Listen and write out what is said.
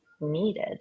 needed